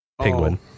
penguin